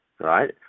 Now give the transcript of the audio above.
right